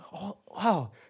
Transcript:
wow